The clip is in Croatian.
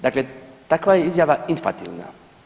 Dakle, takva je izjava infativna.